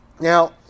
Now